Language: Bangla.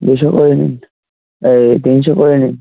দুশো করে নিন এই তিনশো করে নিন